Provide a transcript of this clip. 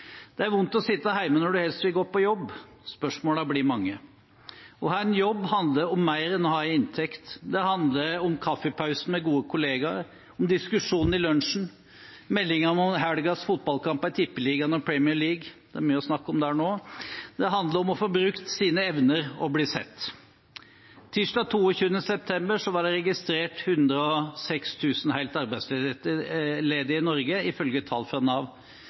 Det er vondt å sitte hjemme når du helst vil gå på jobb. Spørsmålene blir mange. Å ha en jobb handler om mer enn å ha en inntekt. Det handler om kaffepausen med gode kolleger, om diskusjonen i lunsjen, meningene om helgens fotballkamper i Tippeligaen og Premier League – det er mye å snakke om der nå. Det handler om å få brukt sine evner og bli sett. Tirsdag 22. september var det registrert 106 000 helt arbeidsledige i Norge, ifølge tall fra Nav.